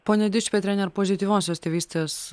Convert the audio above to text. pone dičpetriene ar pozityviosios tėvystės